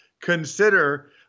consider